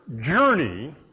journey